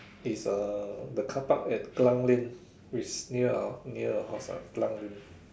is uh the carpark at Kallang lane which near near our house ah Kallang lane